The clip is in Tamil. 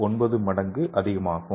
9 மடங்கு அதிகமாகும்